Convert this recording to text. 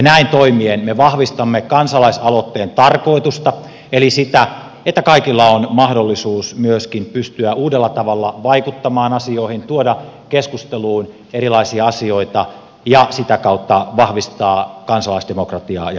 näin toimien me vahvistamme kansalaisaloitteen tarkoitusta eli sitä että kaikilla on mahdollisuus myöskin pystyä uudella tavalla vaikuttamaan asioihin tuoda keskusteluun erilaisia asioita ja sitä kautta vahvistaa kansalaisdemokratiaa ja kansalaisvaikuttamista